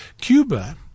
Cuba